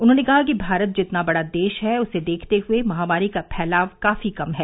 उन्होंने कहा कि भारत जितना बड़ा देश है उसे देखते हुए महामारी का फैलाव काफी कम है